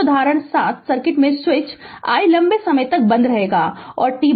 उदाहरण 7 सर्किट में switch I लंबे समय तक बंद रहेगा और t 0 पर